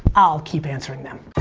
i'll keep answering them.